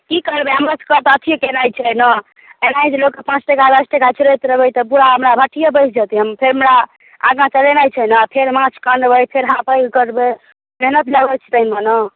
कि करबै हमरोसबके तऽ अथिए केनाइ छै ने एनाही जे लोकके पाँच टका दश टका छोड़ैत रहबै तऽ पूरा हमरा भठिए बैस जेतै फेर हमरा आगा चलेनाइ छै ने फेर माँछके अनबै फेर पैघ करबै मेहनत लगैत छै तहिमे ने